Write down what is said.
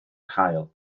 haul